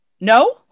No